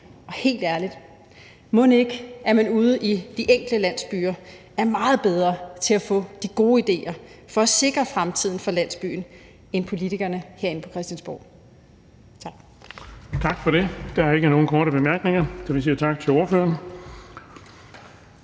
Og helt ærligt, mon ikke, at man ude i de enkelte landsbyer er meget bedre til at få de gode idéer til at sikre fremtiden for landsbyen, end politikerne herinde på Christiansborg er. Tak. Kl. 14:23 Den fg. formand (Erling Bonnesen): Tak for det. Der er ikke nogen korte bemærkninger. Vi siger tak til ordføreren.